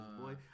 boy